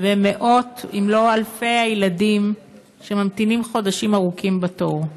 ומאות אם לא אלפי הילדים שממתינים חודשים ארוכים בתור.